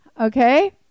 Okay